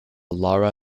laura